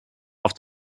auf